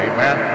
Amen